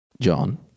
John